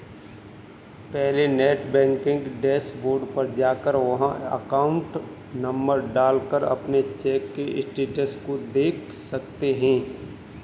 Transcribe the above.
पहले net banking dashboard पर जाकर वहाँ अकाउंट नंबर डाल कर अपने चेक के स्टेटस को देख सकते है